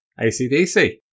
ACDC